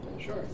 Sure